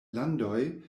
landoj